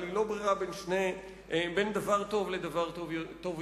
אבל היא לא ברירה בין דבר טוב לדבר טוב יותר.